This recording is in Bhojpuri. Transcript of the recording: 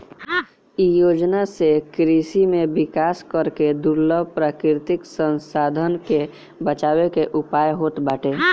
इ योजना से कृषि में विकास करके दुर्लभ प्राकृतिक संसाधन के बचावे के उयाय होत बाटे